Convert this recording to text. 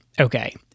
Okay